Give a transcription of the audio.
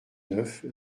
neuf